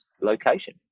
location